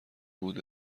بود